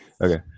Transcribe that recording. okay